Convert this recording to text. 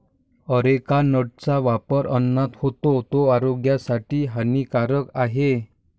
areca नटचा वापर अन्नात होतो, तो आरोग्यासाठी हानिकारक आहे